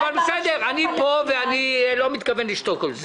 אבל בסדר, אני פה ואני לא מתכוון לשתוק על זה.